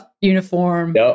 uniform